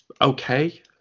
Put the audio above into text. okay